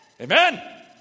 Amen